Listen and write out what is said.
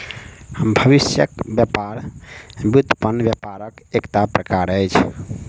भविष्यक व्यापार व्युत्पन्न व्यापारक एकटा प्रकार अछि